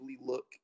look